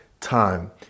time